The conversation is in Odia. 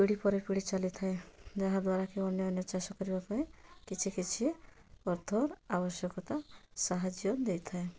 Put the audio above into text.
ପିଢ଼ି ପରେ ପିଢ଼ି ଚାଲି ଥାଏ ଯାହାଦ୍ୱାରାକି ଅନ୍ୟାନ୍ୟ ଚାଷ କରିବା ପାଇଁ କିଛି କିଛି ଅର୍ଥ ଆବଶ୍ୟକତା ସାହାଯ୍ୟ ଦେଇଥାଏ